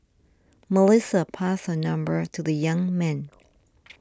Melissa passed her number to the young man